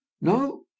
No